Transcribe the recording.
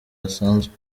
hasanzwe